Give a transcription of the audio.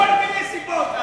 מכל מיני סיבות,